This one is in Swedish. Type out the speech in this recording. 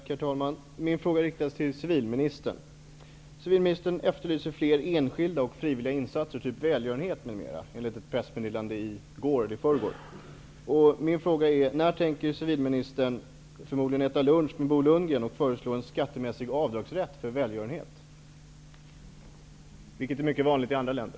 Herr talman! Min fråga riktar sig till civilministern. Civilministern efterlyser fler enskilda och frivilliga insatser för välgörenhet m.m., enligt ett pressmeddelande från i förrgår. Min fråga är: När tänker civilministern förmodligen äta lunch med Bo Lundgren och då föreslå en skattemässig avdragsrätt för välgörenhet? Detta är mycket vanligt i andra länder.